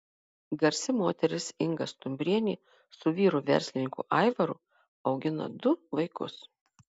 garsi moteris inga stumbrienė su vyru verslininku aivaru augina du vaikus